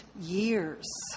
years